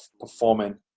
performing